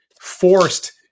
forced